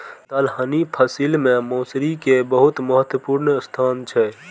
दलहनी फसिल मे मौसरी के बहुत महत्वपूर्ण स्थान छै